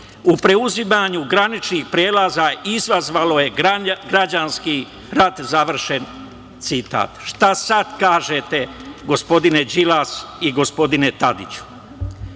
u preuzimanju graničnih prelaza izazvalo je građanski rat, završen citat. Šta sada kažete gospodine Đilas i gospodine Tadiću? Sada